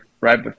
right